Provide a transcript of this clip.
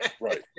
Right